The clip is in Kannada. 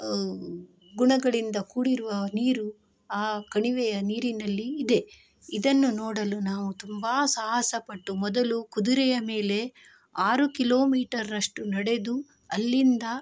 ಗುಣಗಳಿಂದ ಕೂಡಿರುವ ನೀರು ಆ ಕಣಿವೆಯ ನೀರಿನಲ್ಲಿ ಇದೆ ಇದನ್ನು ನೋಡಲು ನಾವು ತುಂಬಾ ಸಾಹಸಪಟ್ಟು ಮೊದಲು ಕುದುರೆಯ ಮೇಲೆ ಆರು ಕಿಲೋಮೀಟರಷ್ಟು ನಡೆದು ಅಲ್ಲಿಂದ